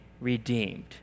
redeemed